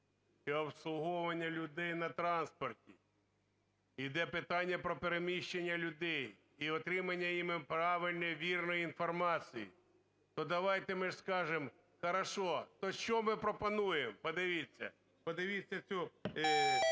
і обслуговування людей на транспорті. Іде питання про переміщення людей і отримання ними правильної, вірної інформації. То давайте ж ми скажемо, хорошо, то що ж ми пропонуємо, подивіться. Подивіться цю